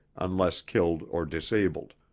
unless killed or disabled.